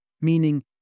meaning